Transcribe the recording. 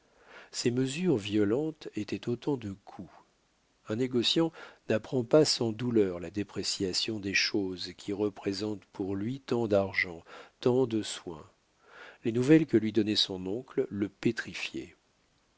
ces mesures violentes étaient autant de coups un négociant n'apprend pas sans douleur la dépréciation des choses qui représentent pour lui tant d'argent tant de soins les nouvelles que lui donnait son oncle le pétrifiaient